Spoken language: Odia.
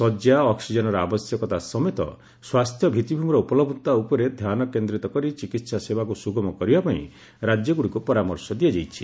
ଶଯ୍ୟା ଅକ୍ୱିଜେନ୍ର ଆବଶ୍ୟକତା ସମେତ ସ୍ୱାସ୍ଥ୍ୟ ଭିତ୍ତିଭ୍ମିର ଉପଲହ୍ଧତା ଉପରେ ଧ୍ୟାନ କେନ୍ଦ୍ରିତ କରି ଚିକିହା ସେବାକୁ ସୁଗମ କରିବା ପାଇଁ ରାଜ୍ୟଗୁଡ଼ିକ୍ ପରାମର୍ଶ ଦିଆଯାଇଛି